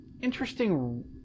interesting